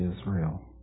Israel